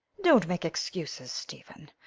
don't make excuses, stephen.